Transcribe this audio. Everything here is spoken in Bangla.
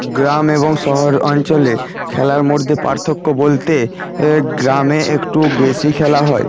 গ্রাম এবং শহর অঞ্চলে খেলার মর্ধ্যে পার্থক্য বলতে গ্রামে একটু বেশি খেলা হয়